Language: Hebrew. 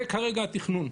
זה כרגע התכנון.